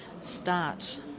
start